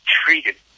treated